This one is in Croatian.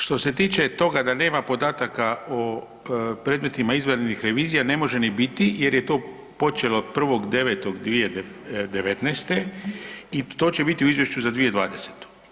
Što se tiče toga da nema podataka o predmetima izvanrednih revizija, ne može ni biti jer je to počelo 1.9.2019. i to će biti u izvješću za 2020.